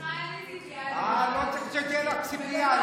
ממך אין לי ציפייה, אה, לא צריך שתהיה לך ציפייה.